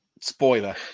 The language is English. Spoiler